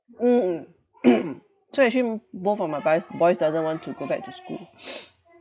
mm so actually both of my boys boys doesn't want to go back to school